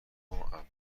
ابزار